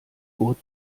gurt